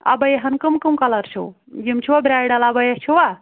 ابایہَن کٔم کٔم کلر چھُو یِم چھُوا برٛایڈل ابیا چھُوا